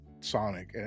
sonic